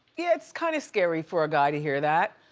it's kinda scary for a guy to hear that.